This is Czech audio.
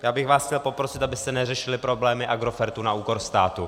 Já bych vás chtěl poprosit, abyste neřešili problémy Agrofertu na úkor státu.